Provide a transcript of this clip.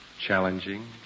challenging